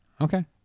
Okay